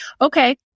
okay